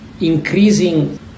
increasing